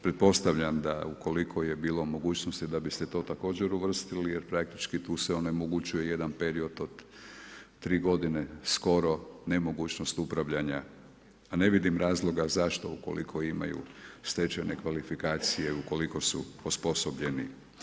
Pretpostavljam, da ukoliko je bilo mogućnost, da biste to također uvrstili, jer praktički, tu se onemogućuje jedan period od 3 g. skoro nemogućnost upravljanja, a ne vidim razloga, zašto, ukoliko imaju stečene kvalifikacije, ukoliko su osposobljeni.